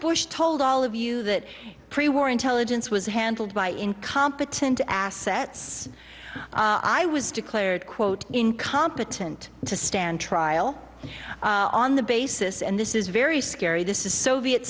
bush told all of you that pre war intelligence was handled by incompetent assets i was declared quote incompetent to stand trial on the basis and this is very scary this is soviet